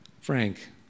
Frank